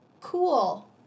cool